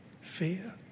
fear